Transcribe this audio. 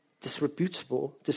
Disreputable